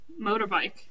motorbike